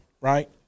right